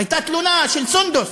הייתה תלונה של סונדוס.